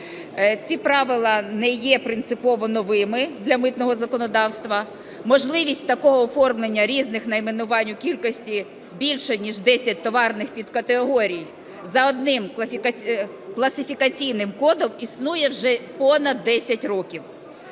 Ці правила не є принципово новими для митного законодавства. Можливість такого оформлення різних найменувань в кількості більше ніж 10 товарних підкатегорій за одним класифікаційним кодом існує вже понад 10 років.